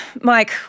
Mike